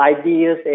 ideas